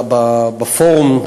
בפורום,